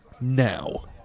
Now